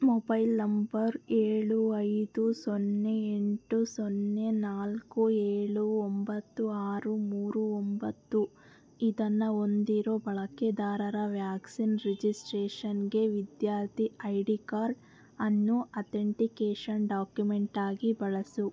mobile number ಏಳು ಐದು ಸೊನ್ನೆ ಎಂಟು ಸೊನ್ನೆ ನಾಲ್ಕು ಏಳು ಒಂಬತ್ತು ಆರು ಮೂರು ಒಂಬತ್ತು ಇದನ್ನ ಒಂದಿರೊ ಬಳಕೆದಾರರ ವ್ಯಾಕ್ಸಿನ್ ರಿಜಿಸ್ಟ್ರೇಷನ್ಗೆ ವಿದ್ಯಾರ್ಥಿ ಐ ಡಿ ಕಾರ್ಡ್ ಅನ್ನು ಅತೆಂಟಿಕೇಷನ್ ಡಾಕ್ಯುಮೆಂಟಾಗಿ ಬಳಸು